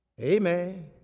Amen